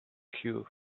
queue